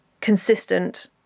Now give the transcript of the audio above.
consistent